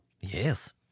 Yes